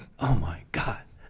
oh my god